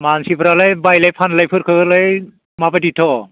मानसिफोरालाय बायलाय फानलायफोरखौलाय माबायदिथो